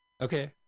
Okay